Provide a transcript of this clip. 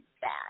bad